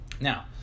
Now